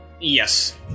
Yes